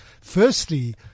Firstly